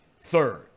third